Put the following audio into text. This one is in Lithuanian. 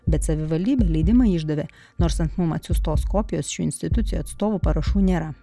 bet savivaldybė leidimą išdavė nors ant mum atsiųstos kopijos šių institucijų atstovų parašų nėra